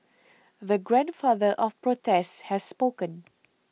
the Grandfather of protests has spoken